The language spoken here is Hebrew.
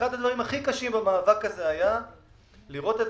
אחד הדברים הכי קשים במאבק הזה היה לראות את